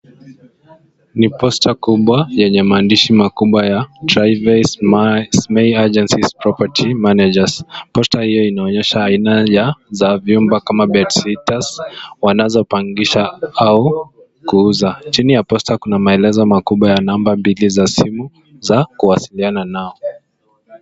Ni poster kubwa yenye maandishi makubwa ya Travay Smat Agency Property Managers. Poster hio inaonyesha aina ya za vyumba kama bedsitters wanazopangisha au kuuza. Chini ya poster kuna maelezo makubwa ya namba mbili za simu za kuwasiliana nao.